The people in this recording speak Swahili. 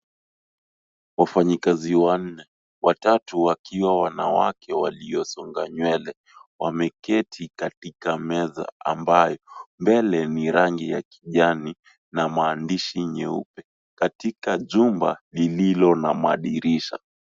Wafanyikazi wanne, watatu wakiwa wanawake waliosonga nywele wameketi katika meza ambayo mbele ni rangi ya kijani na maandishi nyeupe katika jumba lililo na madirisha.